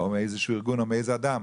מארגון או אדם,